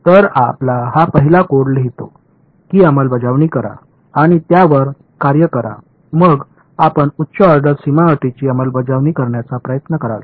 तर आपला हा पहिला कोड लिहितो की अंमलबजावणी करा आणि त्या वर कार्य करा मग आपण उच्च ऑर्डर सीमा अटी ची अंमलबजावणी करण्याचा प्रयत्न कराल